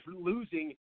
losing